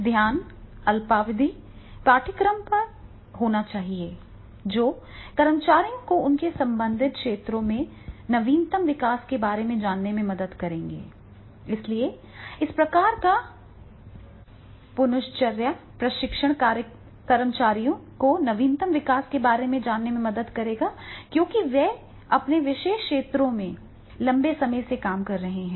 ध्यान अल्पावधि पाठ्यक्रमों पर होना चाहिए जो कर्मचारियों को उनके संबंधित क्षेत्रों में नवीनतम विकास के बारे में जानने में मदद करेंगे इसलिए इस प्रकार का पुनश्चर्या प्रशिक्षण कर्मचारियों को नवीनतम विकास के बारे में जानने में मदद करेगा क्योंकि वे अपने विशेष क्षेत्र में लंबे समय से काम कर रहे हैं